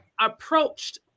approached